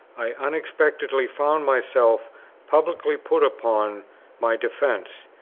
i unexpectedly found myself publicly put upon my defence,